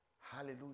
Hallelujah